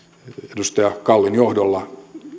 edustaja kallin johdolla